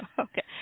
Okay